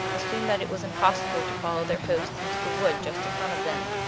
assumed that it was impossible to follow their host into the wood just in front of them.